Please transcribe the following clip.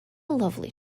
lovely